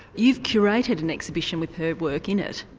you've curated an exhibition with her work in it.